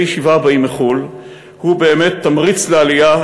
ישיבה הבאים מחוץ-לארץ הוא באמת תמריץ לעלייה,